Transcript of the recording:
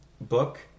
book